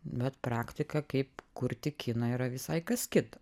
bet praktika kaip kurti kiną yra visai kas kita